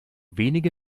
wenige